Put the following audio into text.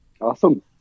Awesome